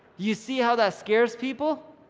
you see how that scares people?